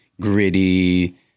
gritty